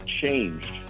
changed